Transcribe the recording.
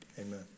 Amen